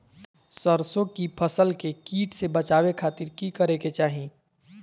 सरसों की फसल के कीट से बचावे खातिर की करे के चाही?